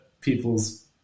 people's